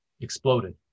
exploded